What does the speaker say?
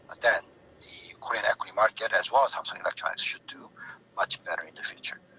then the korean equity market as well as samsung electronics, should do much better in the future.